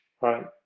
right